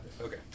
Okay